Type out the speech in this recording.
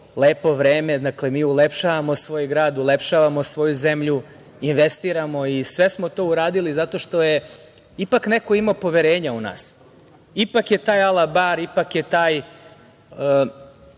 lepo vreme. Dakle, mi ulepšavamo svoj grad, ulepšavamo svoju zemlju, investiramo. Sve smo to uradili zato što je ipak neko imao poverenja u nas. Ipak je taj Alabar, ipak je ta